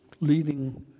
leading